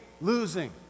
losing